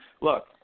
look